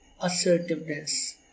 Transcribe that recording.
assertiveness